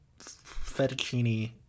fettuccine